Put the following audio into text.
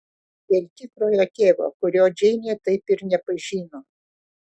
dėl tikrojo tėvo kurio džeinė taip ir nepažino